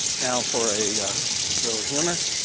now, for a little humor.